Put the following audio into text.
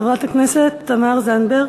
חברת הכנסת תמר זנדברג.